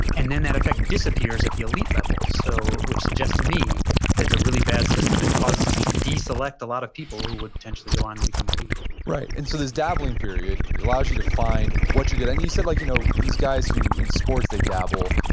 and then that effect disappears at the elite levels, so which suggests to me that it's a really bad system and causes us to deselect a lot of people who would potentially go on to become a lead and so this dabbling period. it allows you to find what you're good at. and you said like you know these guys who in sports, they dabble,